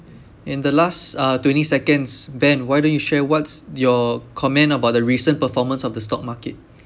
in the last uh twenty seconds ben why don't you share what's your comment about the recent performance of the stock market